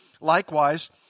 likewise